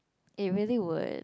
it really would